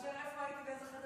הייתי בכנסת,